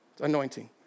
Anointing